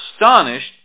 astonished